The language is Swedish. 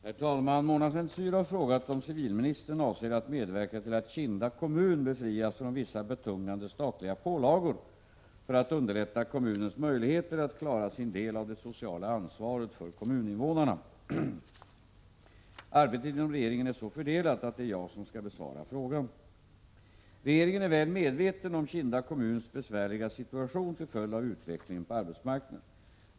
Herr talman! Mona Saint Cyr har frågat om civilministern avser att medverka till att Kinda kommun befrias från vissa betungande statliga pålagor för att underlätta kommunens möjligheter att klara sin del av det sociala ansvaret för kommuninvånarna. Arbetet inom regeringen är så fördelat att det är jag som skall besvara frågan. Regeringen är väl medveten om Kinda kommuns besvärliga situation till följd av utvecklingen på arbetsmarknaden.